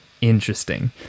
interesting